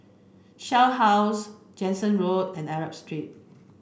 Shell House Jansen Road and Arab Street